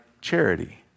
charity